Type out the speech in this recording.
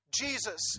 Jesus